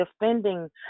defending